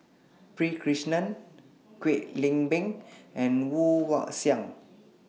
P Krishnan Kwek Leng Beng and Woon Wah Siang